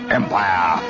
empire